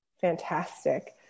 Fantastic